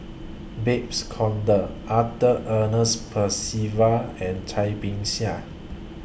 Babes Conde Arthur Ernest Percival and Cai Bixia